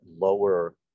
lower